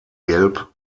gelb